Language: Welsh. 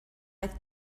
oedd